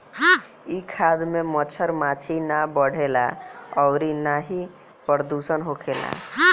इ खाद में मच्छर माछी ना बढ़ेला अउरी ना ही प्रदुषण होखेला